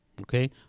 okay